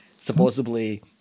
supposedly